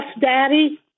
Daddy